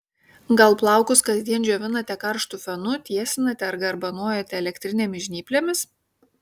gal plaukus kasdien džiovinate karštu fenu tiesinate ar garbanojate elektrinėmis žnyplėmis